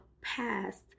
past